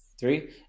Three